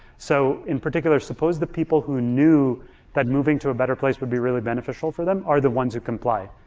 so, in particular, suppose the people who knew that moving to a better place would be really beneficial for them are the ones who comply.